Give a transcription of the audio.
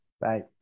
Bye